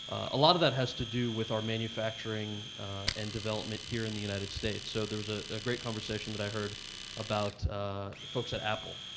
a lot of that has to do with our manufacturing and development here in the united states. so there's a great conversation that i heard about folks at apple.